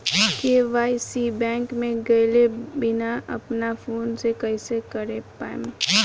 KYC bank मे गएले बिना अपना फोन से कइसे कर पाएम?